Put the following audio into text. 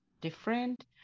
different